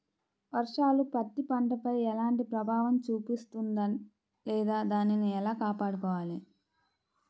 వర్షాలు పత్తి పంటపై ఎలాంటి ప్రభావం చూపిస్తుంద లేదా దానిని ఎలా కాపాడుకోవాలి?